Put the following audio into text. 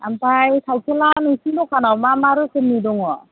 आमफाय साइखेलआ नोंसिनि दखानआव मा मा रोखोमनि दङ